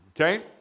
Okay